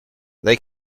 they